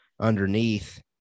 underneath